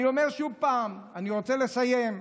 אני אומר שוב, אני רוצה לסיים,